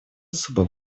особо